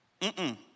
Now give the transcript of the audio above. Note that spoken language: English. Mm-mm